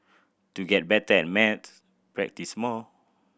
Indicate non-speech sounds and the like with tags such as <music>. to get better at <unintelligible> practice more